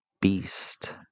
Beast